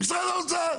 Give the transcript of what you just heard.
משרד האוצר.